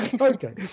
Okay